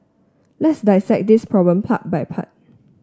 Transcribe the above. let's dissect this problem part by part